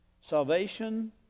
Salvation